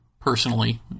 personally